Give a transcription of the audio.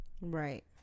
right